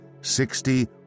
sixty